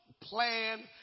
plan